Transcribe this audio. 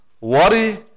worry